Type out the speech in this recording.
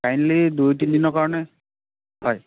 kindly দুই তিনি দিনৰ কাৰণে হয়